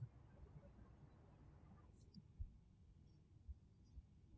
um